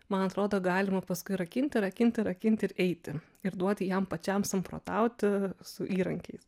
man atrodo galima paskui rakinti rakinti rakinti ir eiti ir duoti jam pačiam samprotauti su įrankiais